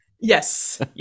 Yes